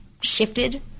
shifted